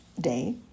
day